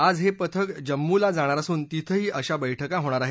आज हे पथक जम्मूला जाणार असून तिथही अशा बक्किा होणार आहेत